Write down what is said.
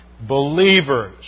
believers